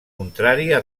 contrària